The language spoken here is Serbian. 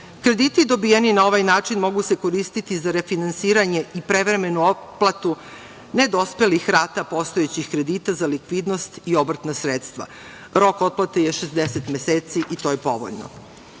Krediti dobijeni na ovaj način mogu se koristiti za refinansiranje i prevremenu otplatu nedospelih rata postojećih kredita za likvidnost i obrtna sredstava. Rok otplate je 60 meseci i to je povoljno. Ovo